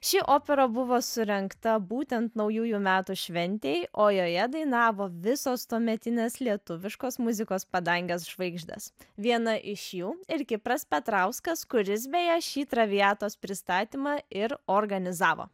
ši opera buvo surengta būtent naujųjų metų šventei o joje dainavo visos tuometinės lietuviškos muzikos padangės žvaigždės viena iš jų ir kipras petrauskas kuris beje šį traviatos pristatymą ir organizavo